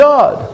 God